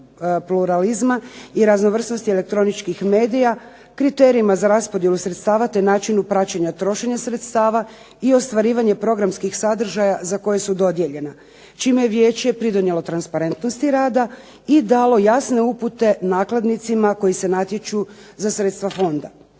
pluralizma i raznovrsnosti elektroničkih medija kriterijima za raspodjelu sredstava te načinu praćenja trošenja sredstava i ostvarivanje programskih sadržaja za koje su dodijeljena čime je vijeće pridonijelo transparentnosti rada i dalo jasne upute nakladnicima koji se natječu za sredstva fonda.